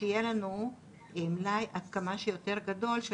שיהיה לנו מלאי עד כמה שיותר גדול של